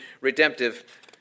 redemptive